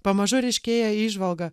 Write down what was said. pamažu ryškėja įžvalga